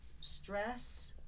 stress